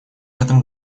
этом